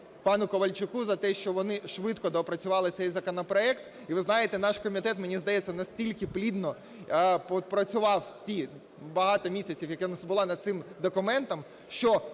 пану Ковальчуку, за те, що вони швидко доопрацювали цей законопроект. І, ви знаєте, наш комітет, мені здається, настільки плідно попрацював в ті багато місяців, які в нас були, над цим документом,